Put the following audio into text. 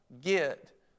get